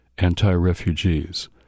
anti-refugees